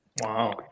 Wow